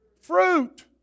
fruit